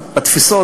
בתפיסות,